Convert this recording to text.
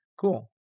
Cool